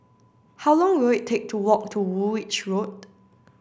how long will it take to walk to Woolwich Road